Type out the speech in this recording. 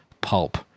pulp